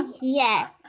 yes